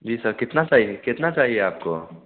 जी sir कितना चाहिए कितना चाहिए आपको